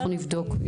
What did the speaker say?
אנחנו נבדוק.